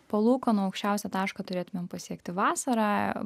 palūkanų aukščiausią tašką turėtumėm pasiekti vasarą